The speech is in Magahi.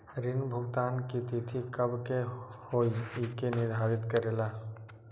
ऋण भुगतान की तिथि कव के होई इ के निर्धारित करेला?